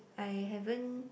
I haven't